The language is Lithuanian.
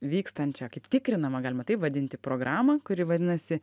vykstančią kaip tikrinamą galima taip vadinti programą kuri vadinasi